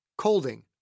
Colding